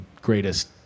greatest